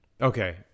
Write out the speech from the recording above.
okay